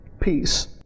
peace